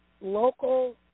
local